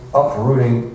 uprooting